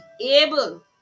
able